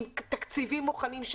עם תקציבים מוכנים,